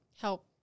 help